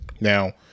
Now